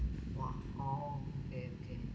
!wah! oh okay okay